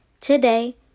Today